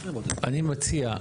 אני מציע,